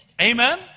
Amen